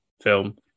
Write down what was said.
film